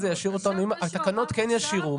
לא, המתווה הזה ישאיר אותנו, התקנות כן ישאירו.